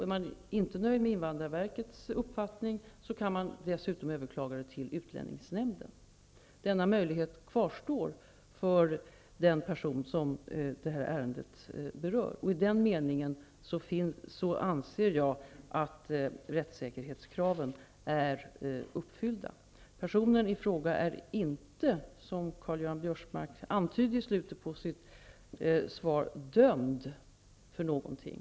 Är man inte nöjd med invandrarverkets uppfattning kan man dessutom överklaga det till utlänningsnämnden. Denna möjlighet kvarstår för den person som det här ärendet berör. I den meningen anser jag att rättssäkerhetskraven är uppfyllda. Personen i fråga är inte, som Karl-Göran Biörsmark antydde i slutet av sitt anförade, dömd för någonting.